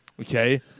Okay